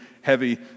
heavy